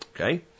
Okay